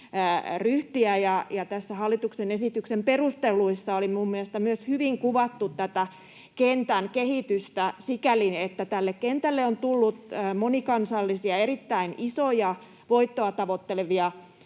ryhtiä. Tässä hallituksen esityksen perusteluissa oli mielestäni myös hyvin kuvattu tämän kentän kehitystä sikäli, että tälle kentälle on tullut monikansallisia, erittäin isoja, voittoa tavoittelevia